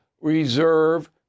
reserve